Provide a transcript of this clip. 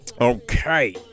Okay